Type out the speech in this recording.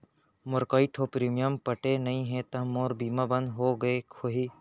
मोर कई ठो प्रीमियम पटे नई हे ता का मोर बीमा बंद हो गए होही?